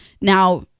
now